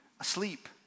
asleep